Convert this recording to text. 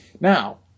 Now